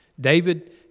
David